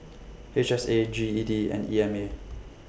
H S A G E D and E M A